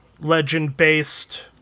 legend-based